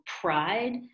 pride